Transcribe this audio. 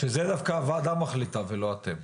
שזה דווקא הוועדה מחליטה ולא אתם.